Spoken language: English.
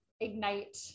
ignite